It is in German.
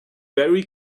barry